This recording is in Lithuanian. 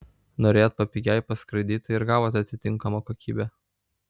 norėjot papigiai paskraidyt tai ir gavot atitinkamą kokybę